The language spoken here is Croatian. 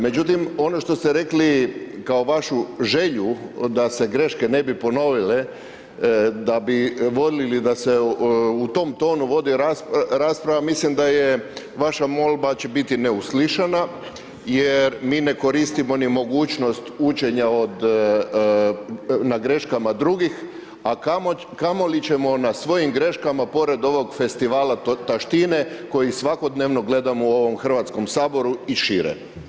Međutim, ono što ste rekli kao vašu želju da se greške ne bi ponovile da bi voljeli da se u tom tonu vodi rasprava, mislim da vaša molba će biti neuslišena, jer mi ne koristimo ni mogućnost učenja na greškama drugih a kamoli ćemo na svojim greškama pored ovog festivala taštine koji svakodnevnog gledamo u ovom Hrvatskom saboru i šire.